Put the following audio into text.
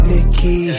Nikki